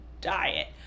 diet